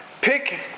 Pick